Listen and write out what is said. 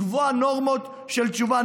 לקבוע נורמות של תשובה,